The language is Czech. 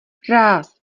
ráz